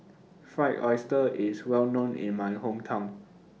Fried Oyster IS Well known in My Hometown